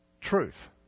truth